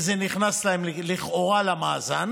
וזה נכנס להם לכאורה למאזן